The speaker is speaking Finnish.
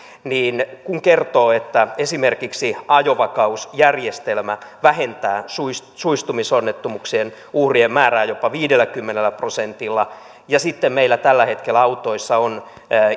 kun kertoo että esimerkiksi ajonvakautusjärjestelmä vähentää suistumisonnettomuuksien uhrien määrää jopa viidelläkymmenellä prosentilla sitten meillä tällä hetkellä autoissa on